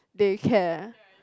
they care